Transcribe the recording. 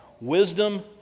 wisdom